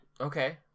Okay